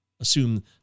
assume